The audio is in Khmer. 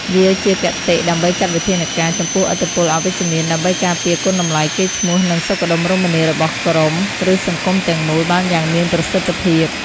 វាជាគតិ ដើម្បីចាត់វិធានការចំពោះឥទ្ធិពលអវិជ្ជមាន ដើម្បីការពារគុណតម្លៃ កេរ្តិ៍ឈ្មោះ និងសុខដុមរមនារបស់ក្រុម ឬសង្គមទាំងមូលបានយ៉ាងមានប្រសិទ្ធិភាព។